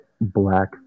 black